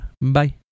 Bye